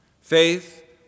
Faith